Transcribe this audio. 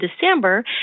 December